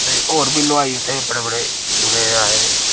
होर बी हलबाई उत्थै बड़ है आए दे